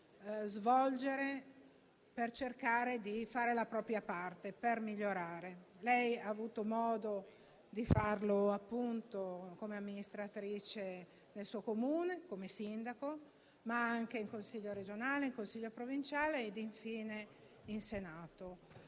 svolgere per cercare di fare la propria parte e per migliorare. Lei ha avuto modo di farlo, appunto, come amministratrice del suo Comune, come sindaco, ma anche in Consiglio regionale, in Consiglio provinciale ed infine in Senato.